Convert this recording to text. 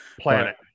Planet